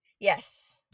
Yes